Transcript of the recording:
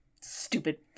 stupid